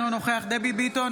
אינו נוכח דבי ביטון,